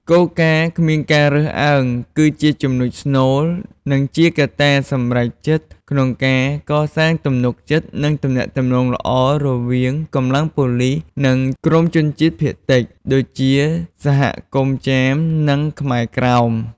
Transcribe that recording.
គោលការណ៍គ្មានការរើសអើង គឺជាចំណុចស្នូល និងជាកត្តាសម្រេចចិត្តក្នុងការកសាងទំនុកចិត្ត និងទំនាក់ទំនងល្អរវាងកម្លាំងប៉ូលិស និងក្រុមជនជាតិភាគតិច ដូចជាសហគមន៍ចាម និងខ្មែរក្រោម